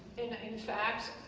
in in fact